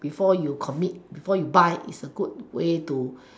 before you commit before you buy it's a good way to